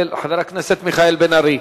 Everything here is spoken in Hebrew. חבר הכנסת מיכאל בן-ארי.